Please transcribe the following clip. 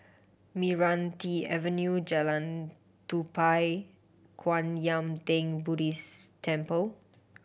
Meranti Avenue Jalan Tupai Kwan Yam Theng Buddhist Temple